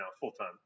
full-time